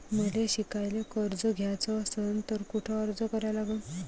मले शिकायले कर्ज घ्याच असन तर कुठ अर्ज करा लागन?